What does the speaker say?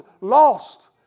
lost